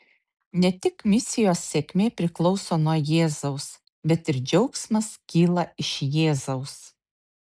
ne tik misijos sėkmė priklauso nuo jėzaus bet ir džiaugsmas kyla iš jėzaus